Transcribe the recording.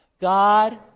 God